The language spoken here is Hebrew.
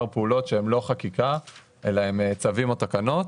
פעולות שהן לא חקיקה אלא הם צווים או תקנות.